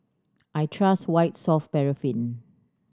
I trust White Soft Paraffin